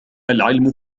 العلم